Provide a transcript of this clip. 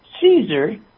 Caesar